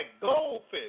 goldfish